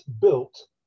built